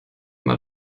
mal